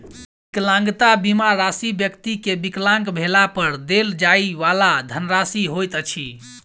विकलांगता बीमा राशि व्यक्ति के विकलांग भेला पर देल जाइ वाला धनराशि होइत अछि